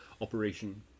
operation